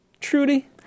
Trudy